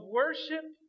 worship